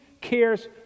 cares